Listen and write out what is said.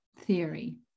theory